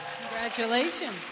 Congratulations